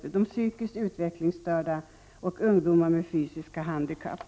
Det gäller alltså de psykiskt utvecklingsstörda och ungdomar med fysiska handikapp.